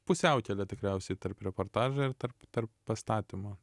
pusiaukelė tikriausiai tarp reportažo ir tarp tarp pastatymo